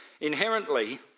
Inherently